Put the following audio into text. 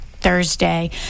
Thursday